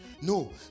no